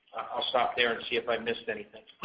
i'll stop there and see if i missed anything.